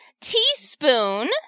Teaspoon